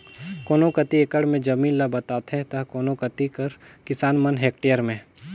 कोनो कती एकड़ में जमीन ल बताथें ता कोनो कती कर किसान मन हेक्टेयर में